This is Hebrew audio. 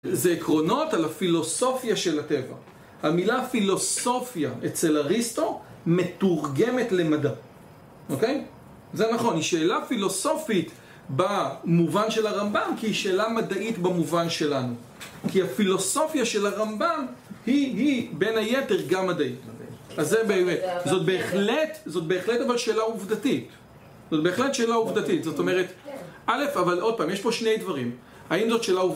זה עקרונות על הפילוסופיה של הטבע. המילה פילוסופיה אצל אריסטו מתורגמת למדע אוקיי? זה נכון, היא שאלה פילוסופית במובן של הרמב״ם כי היא שאלה מדעית במובן שלנו, כי הפילוסופיה של הרמב״ם היא היא בין היתר גם מדעית אז זה באמת. זאת בהחלט זאת בהחלט אבל שאלה עובדתית. זאת בהחלט שאלה עובדתית זאת אומרת א. אבל עוד פעם יש פה שני דברים האם זאת שאלה עובדתית?